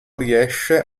riesce